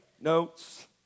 notes